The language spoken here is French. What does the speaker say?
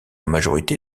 majorité